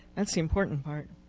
that's the important part.